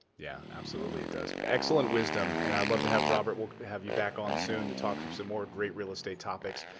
yeah, absolutely it does. excellent wisdom. and i love to have robert. we'll have you back on soon to talk some some more great real estate topics.